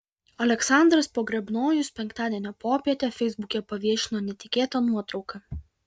aleksandras pogrebnojus penktadienio popietę feisbuke paviešino netikėtą nuotrauką